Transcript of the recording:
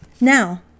Now